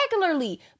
regularly